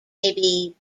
maybe